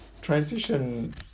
transition